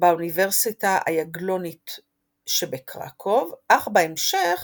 באוניברסיטה היגלונית שבקרקוב, אך בהמשך